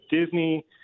Disney